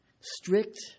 strict